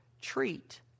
treat